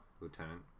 Lieutenant